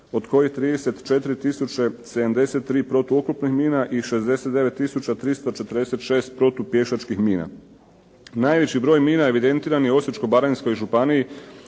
od kojih 34 tisuće 73 protuoklopnih mina i 69 tisuća 346 protupješačkih mina. Najveći broj mina evidentiran je u Osječko-baranjskoj županiji,